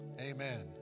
amen